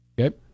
Okay